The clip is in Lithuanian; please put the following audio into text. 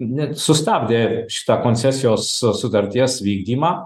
net sustabdė šitą koncesijos sutarties vykdymą